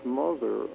mother